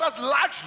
largely